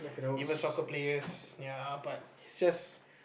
even soccer players ya but it's just